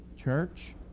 Church